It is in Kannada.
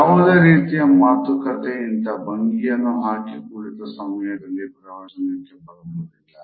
ಯಾವುದೇ ರೀತಿಯ ಮಾತುಕತೆ ಇಂಥ ಭಂಗಿಯನ್ನು ಹಾಕಿ ಕುಳಿತ ಸಮಯದಲ್ಲಿ ಪ್ರಯೋಜನಕ್ಕೆ ಬರುವುದಿಲ್ಲ